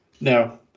No